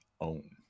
own